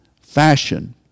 fashion